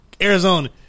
Arizona